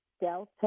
Delta